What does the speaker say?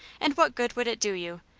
and what good would it do you?